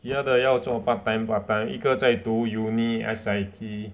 其他的要做 part time part time 一个在读 UNI S_I_T